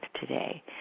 today